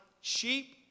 sheep